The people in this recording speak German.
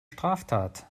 straftat